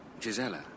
Gisella